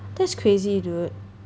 that's crazy dude